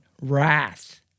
wrath